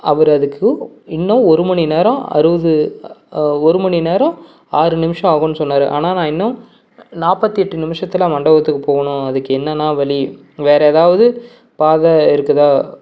அவர் அதுக்கு இன்னும் ஒருமணி நேரம் அறுபது ஒருமணி நேரம் ஆறு நிமிடம் ஆகுன்னு சொன்னார் ஆனால் நான் இன்னும் நாற்பத்தி எட்டு நிமிஷத்தில் மண்டபத்துக்குப் போகணும் அதுக்கு என்னண்ணா வழி வேறு எதாவது பாதை இருக்குதா